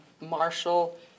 Marshall